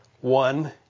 one